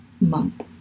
month